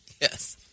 yes